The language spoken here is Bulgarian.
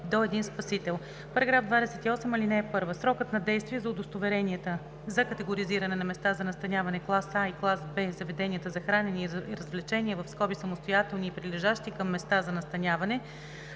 до един спасител. § 28. (1) Срокът на действие на удостоверенията за категоризиране на места за настаняване клас А и клас Б, заведенията за хранене и развлечения (самостоятелни и прилежащи към места за настаняване),